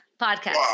podcast